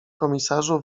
komisarzu